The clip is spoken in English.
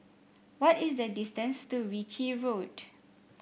what is the distance to Ritchie Road